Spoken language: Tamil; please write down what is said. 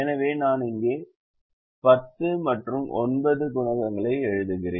எனவே நான் இங்கே 10 மற்றும் 9 குணகங்களை எழுதுகிறேன்